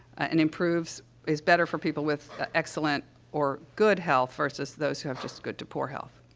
and improves is better for people with ah excellent or good health versus those who have just good to poor health.